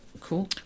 Cool